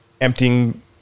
emptying